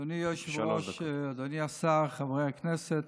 אדוני היושב-ראש, אדוני השר, חברי הכנסת,